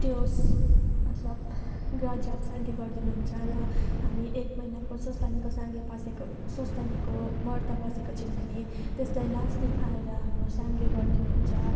त्यो मतलब ग्रहजाप शान्ति गरिदिनु हुन्छ र हामी एक महिनाको स्वस्थानीको साङ्गे बसेको स्वस्थानीको व्रत बसेको छौँ भने त्यसलाई लास्ट दिन आएर हाम्रो साङ्गे गरिदिनु हुन्छ